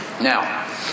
Now